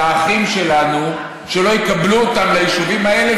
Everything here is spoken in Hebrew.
של האחים שלנו שלא יקבלו אותם ליישובים האלה,